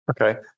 Okay